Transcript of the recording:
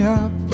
up